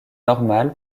normale